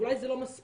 ואולי זה לא מספיק.